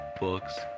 books